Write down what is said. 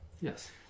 Yes